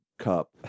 Cup